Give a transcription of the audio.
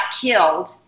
killed